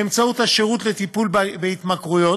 באמצעות השירות לטיפול בהתמכרויות,